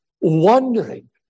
wondering